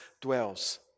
dwells